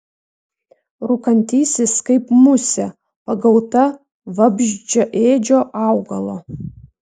rūkantysis kaip musė pagauta vabzdžiaėdžio augalo